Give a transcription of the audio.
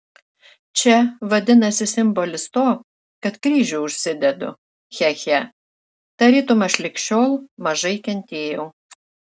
čia vadinasi simbolis to kad kryžių užsidedu che che tarytum aš lig šiol mažai kentėjau